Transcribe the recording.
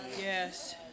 Yes